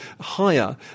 higher